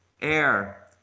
air